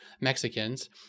Mexicans